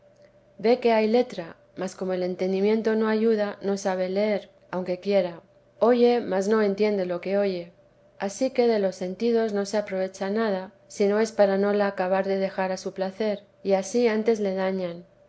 ve que hay letra mas como el entendimiento no ayuda no sabe leer aunque quiera oye mas no entiende lo que oye ansí que de los sentidos no se aprovecha nada si no es para no la acabar de dejar a su placer y ansí antes le dañan